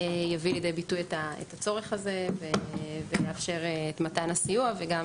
יביא לידי ביטוי את הצורך הזה ויאפשר את מתן הסיוע וגם